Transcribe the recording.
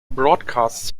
broadcast